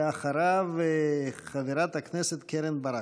ואחריו, חברת הכנסת קרן ברק.